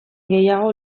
gehiago